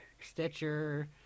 Stitcher